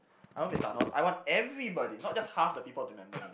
I want to be Thanos I want everybody not just half the people to remember me